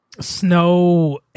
Snow